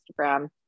Instagram